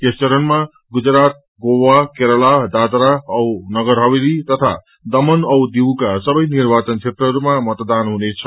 यस चरणामा गुजरात गोआ केरला दादर औ नगर हवेली तथा दमन औ दीवका सबै निवाचन क्षेत्रहरूमा मतदान हुनेछ